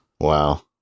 Wow